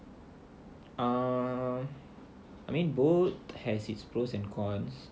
I mean both has its pros and cons